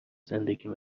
زندگیم